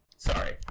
Sorry